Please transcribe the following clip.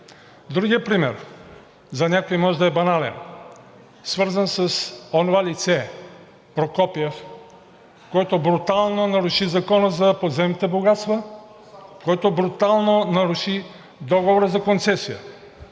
Другият пример, за някои може да е банален, свързан с онова лице – Прокопиев, което брутално наруши Закона за подземните богатства, което брутално наруши Договора за концесия.